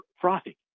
frothy